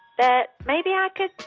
that maybe i could